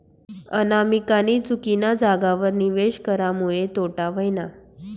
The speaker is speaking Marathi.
अनामिकानी चुकीना जागावर निवेश करामुये तोटा व्हयना